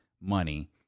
money